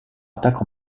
attaque